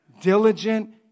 diligent